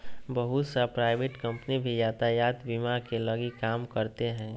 बहुत सा private company भी यातायात बीमा के लगी काम करते हइ